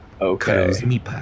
Okay